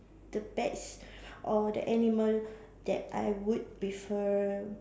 the bats or the animal that I would prefer